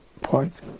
point